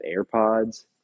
AirPods